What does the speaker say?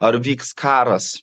ar vyks karas